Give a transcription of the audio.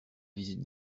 visite